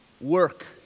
work